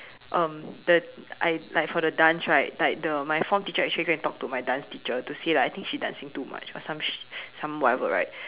um the I like for the dance right like the my form teacher actually go and talk to my dance teacher to say like I think she dancing too much or some sh~ some whatever right